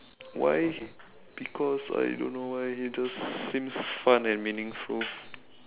why because I don't know why it just seems fun and meaningful